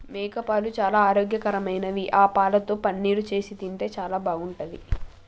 మేకపాలు చాలా ఆరోగ్యకరమైనవి ఆ పాలతో పన్నీరు చేసి తింటే చాలా బాగుంటది